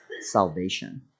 salvation